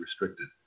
restricted